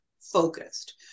focused